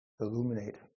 illuminate